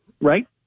right